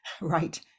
right